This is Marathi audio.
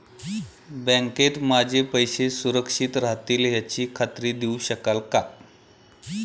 बँकेत माझे पैसे सुरक्षित राहतील याची खात्री देऊ शकाल का?